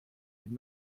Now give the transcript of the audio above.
did